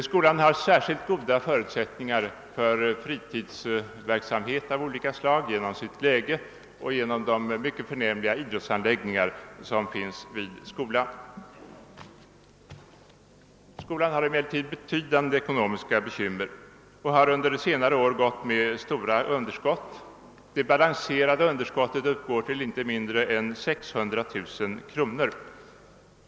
Skolan har särskilt goda förutsättningar för fritidsverksamhet av olika slag på grund av sitt läge och de mycket förnämliga idrottsanläggningar som finns där. Skolan har emellertid betydande ekonomiska bekymmer, och verksamheten har under senare år gått med stora underskott. Det balanserade underskottet uppgår till inte mindre än 600 000 kronor.